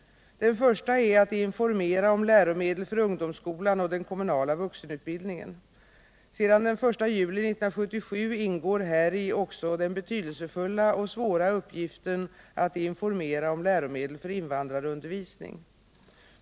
Den första är att informera om läromedel för ungdomsskolan och den kommunala vuxenutbildningen. Sedan den 1 juli 1977 ingår häri också den betydelsefulla och svåra uppgiften att informera om läromedel för invandrarundervisning.